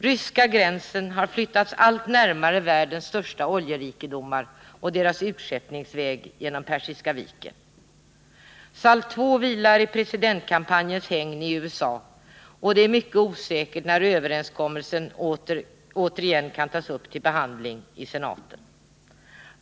Ryska gränsen har flyttats allt närmare världens största oljerikedomar och deras utskeppningsväg genom Persiska viken. SALT II vilar i presidentkampanjens hägn i USA, och det är mycket osäkert när överenskommelsen återigen kan tas upp till behandling i senaten.